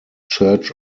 church